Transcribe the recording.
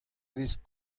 vez